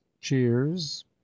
cheers